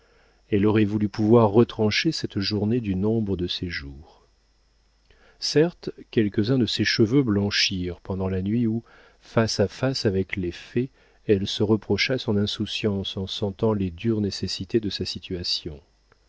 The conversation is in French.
elle aurait voulu pouvoir retrancher cette journée du nombre de ses jours certes quelques-uns de ses cheveux blanchirent pendant la nuit où face à face avec les faits elle se reprocha son insouciance en sentant les dures nécessités de sa situation